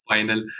Final